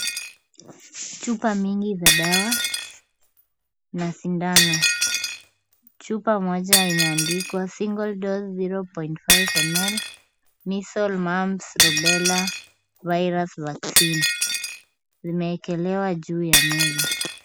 Chupa nyingi za dawa na sindano. Chupa moja imeandikwa single dose 0.5ml, measle mums, rubella virus vaccine . Zimewekelewa juu ya meza.